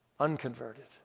unconverted